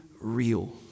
real